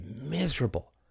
miserable